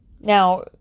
Now